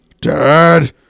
Dad